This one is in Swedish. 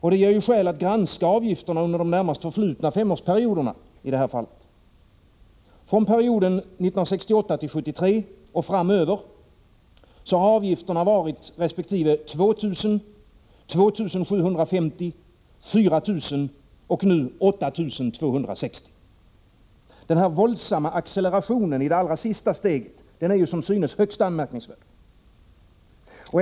Det ger skäl att granska avgifterna under de närmast förflutna femårsperioderna. Från perioden 1968-1973 och framåt har avgiften varit resp. 2 000, 2 750, 4 000 och nu 8 260. Den våldsamma accelerationen i det sista steget är som synes högst anmärkningsvärd.